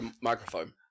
microphone